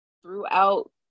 Throughout